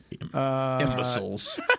Imbeciles